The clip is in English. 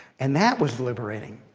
and that was liberating.